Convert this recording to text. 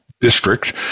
District